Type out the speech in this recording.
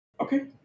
Okay